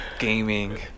Gaming